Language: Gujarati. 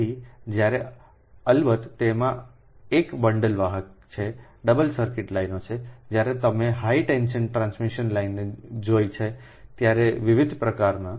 તેથી જ્યારે અલબત્ત તેમાં એક બંડલ વાહક છે ડબલ સર્કિટ લાઇનો છે જ્યારે તમે તે હાઇ ટેન્શન ટ્રાન્સમિશન લાઇન જોઇ છે ત્યારે વિવિધ પ્રકારનો